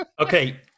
okay